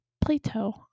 Plato